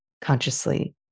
consciously